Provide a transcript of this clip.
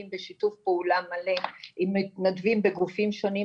בשיתוף פעולה מלא עם מתנדבים בגופים שונים,